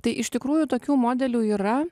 tai iš tikrųjų tokių modelių yra